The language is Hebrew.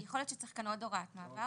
יכול להיות שצריך כאן עוד הוראת מעבר.